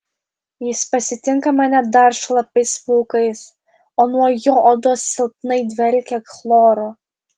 jis pasitinka mane dar šlapiais plaukais o nuo jo odos silpnai dvelkia chloru